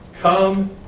Come